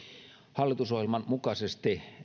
hallitusohjelman mukaisesti